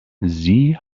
sie